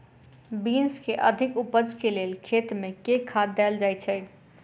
Beans केँ अधिक उपज केँ लेल खेत मे केँ खाद देल जाए छैय?